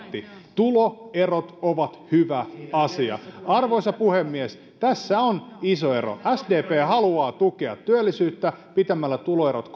tuloerot ovat hyvä asia arvoisa puhemies tässä on iso ero sdp haluaa tukea työllisyyttä pitämällä tuloerot